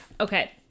Okay